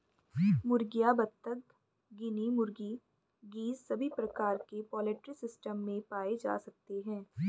मुर्गियां, बत्तख, गिनी मुर्गी, गीज़ सभी प्रकार के पोल्ट्री सिस्टम में पाए जा सकते है